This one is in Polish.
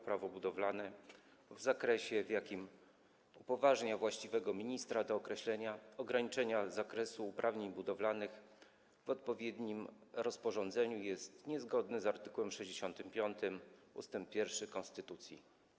Prawo budowlane w zakresie, w jakim upoważnia właściwego ministra do określenia ograniczenia zakresu uprawnień budowlanych w odpowiednim rozporządzeniu, jest niezgodny z art. 65 ust. 1 konstytucji.